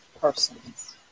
persons